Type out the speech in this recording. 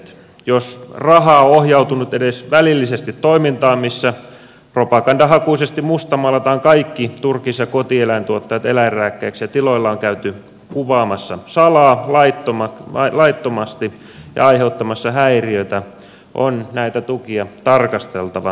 jos raha on ohjautunut edes välillisesti toimintaan mis sä propagandahakuisesti mustamaalataan kaikki turkis ja kotieläintuottajat eläinrääkkääjiksi ja tiloilla on käyty kuvaamassa salaa laittomasti ja aiheuttamassa häiriötä on näitä tukia tarkasteltava uudelleen